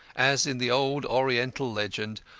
as in the old oriental legend,